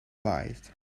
light